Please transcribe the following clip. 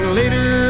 later